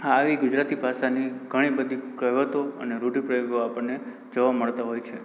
આવી ગુજરાતી ભાષાની ઘણી બધી કહેવતો અને રૂઢીપ્રયોગો આપણને જોવા મળતા હોય છે